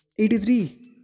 83